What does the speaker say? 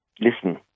Listen